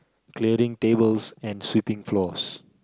clearing tables and sweeping floors